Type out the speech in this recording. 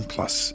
Plus